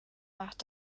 macht